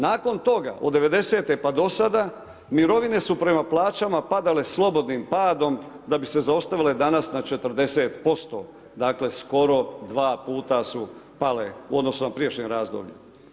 Nakon toga od '90. do sada mirovine su prema plaćama padale slobodnim padom da bi se zaustavile danas na 40%, dakle skoro 2 puta su pale u odnosu na prijašnje razdoblje.